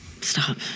Stop